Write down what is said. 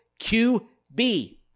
QB